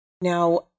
Now